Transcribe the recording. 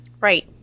right